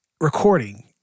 recording